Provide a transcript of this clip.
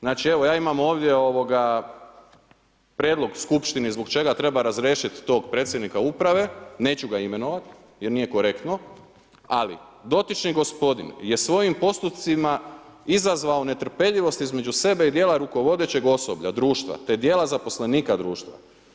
Znači, evo ja imam ovdje prijedlog skupštini zbog čega treba razriješiti tog predsjednika uprave, neću ga imenovati jer nije korektno, ali dotični gospodin je svojim postupcima izazvao netrpeljivost između sebe i dijela rukovodećeg osoblja društva, te dijela zaposlenika društva.